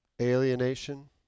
alienation